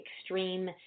extreme